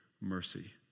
mercy